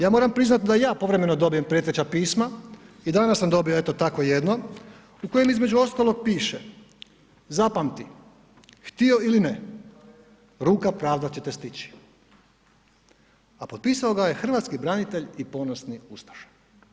Ja moram priznati da ja povremeno dobijem prijeteća pisma i danas sam dobio eto tako jedno u kojem između ostalog piše, zapamti htio ili ne ruka pravde će te stići, a potpisao ga je hrvatski branitelj i ponosni ustaša.